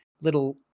little